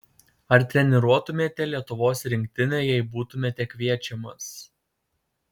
ar treniruotumėte lietuvos rinktinę jei būtumėte kviečiamas